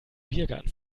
biergarten